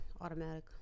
automatic